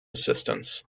assistants